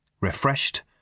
refreshed